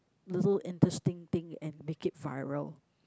little interesting thing and make it viral